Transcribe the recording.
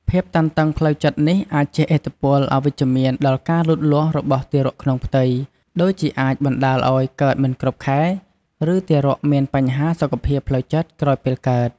ភាពតានតឹងផ្លូវចិត្តនេះអាចជះឥទ្ធិពលអវិជ្ជមានដល់ការលូតលាស់របស់ទារកក្នុងផ្ទៃ ដូចជាអាចបណ្តាលឲ្យកើតមិនគ្រប់ខែ ឬទារកមានបញ្ហាសុខភាពផ្លូវចិត្តក្រោយពេលកើត។